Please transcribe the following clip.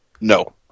No